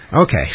Okay